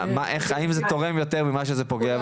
האם זה תורם יותר ממה שזה פוגע.